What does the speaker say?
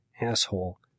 asshole